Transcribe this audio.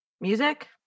music